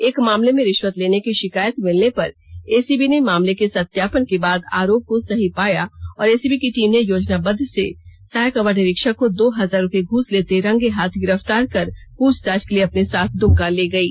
एक मामले में रिष्वत लेने की षिकायत मिलने पर एसीबी ने मामले के सत्यापन के बाद आरोप को सही पाया और एसीबी की टीम ने योजनाबद्व से सहायक अवर निरीक्षक को दो हजार रुपये घुस लेते रंगे हाथ गिरफतार कर पुछताछ के लिए अपने साथ द्मका ले गयी